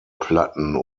platten